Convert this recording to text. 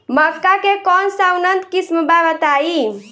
मक्का के कौन सा उन्नत किस्म बा बताई?